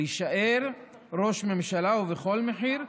להישאר ראש ממשלה ובכל מחיר,